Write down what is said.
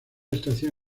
estación